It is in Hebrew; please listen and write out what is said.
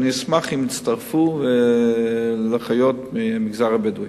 ואני אשמח אם יצטרפו לאחיות מהמגזר הבדואי.